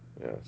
Yes